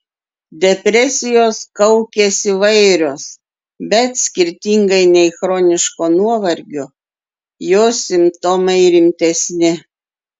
depresijos kaukės įvairios bet skirtingai nei chroniško nuovargio jos simptomai rimtesni